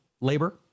labor